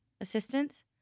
assistance